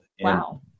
Wow